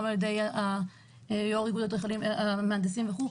על-ידי יו"ר התאחדות המהנדסים והאדריכלים,